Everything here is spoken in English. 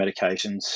medications